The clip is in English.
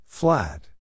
Flat